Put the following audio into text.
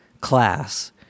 class